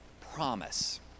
promise